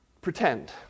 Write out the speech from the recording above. pretend